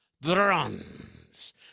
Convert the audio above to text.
bronze